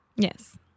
Yes